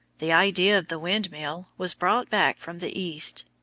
the idea of the windmill was brought back from the east.